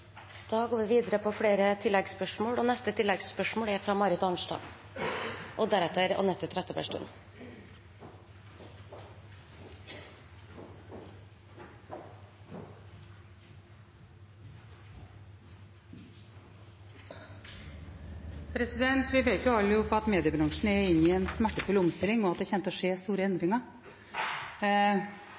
Marit Arnstad – til neste oppfølgingsspørsmål. Vi vet alle at mediebransjen er inne i en smertefull omstilling, og at det kommer til å skje store endringer.